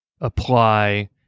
apply